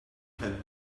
had